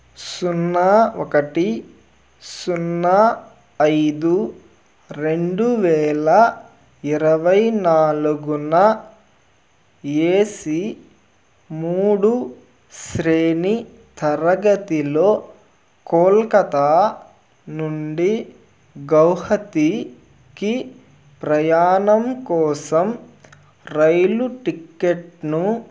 సున్నా ఒకటి సున్నా ఐదు రెండు వేల ఇరవై నాలుగున ఏ సీ మూడు శ్రేణి తరగతిలో కోల్కతా నుండి గౌహతికి ప్రయాణం కోసం రైలు టిక్కెట్ను